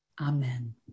Amen